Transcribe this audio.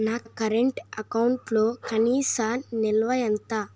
నా కరెంట్ అకౌంట్లో కనీస నిల్వ ఎంత?